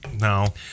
No